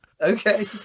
okay